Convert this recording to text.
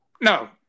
No